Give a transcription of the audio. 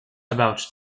about